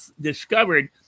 discovered